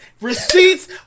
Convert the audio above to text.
receipts